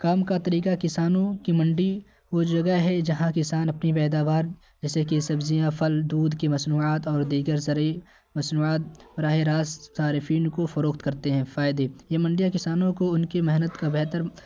کام کا طریقہ کسانوں کی منڈی وہ جگہ ہے جہاں کسان اپنی پیداوار جیسے کہ سبزیاں پھل دودھ کی مصنوعات اور دیگر زرعی مصنوعات براہ راست سارے صارفین کو فروخت کرتے ہیں فائدے یہ منڈیاں کسانوں کو ان کی محنت کا بہتر